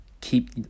Keep